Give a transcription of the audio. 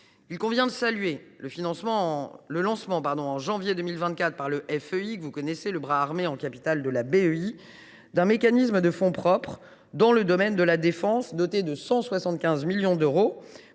Il convient de saluer le lancement en janvier 2024 par le FEI, bras armé en capital de la BEI, d’un mécanisme de fonds propres dans le domaine de la défense, doté de 175 millions d’euros,